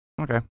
Okay